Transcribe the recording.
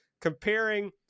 comparing